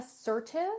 assertive